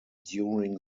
during